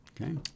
Okay